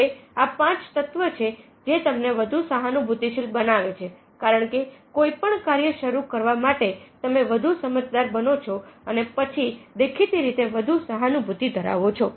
હવે આ પાંચ તત્વો છે જે તમને વધુ સહાનુભૂતિ શીલ બનાવે છે કારણ કોઈપણ કાર્ય શરૂ કરવા માટે તમે વધુ સમજદાર બનો છો અને પછી દેખીતી રીતે વધુ સહાનુભૂતિ ધરાવો છો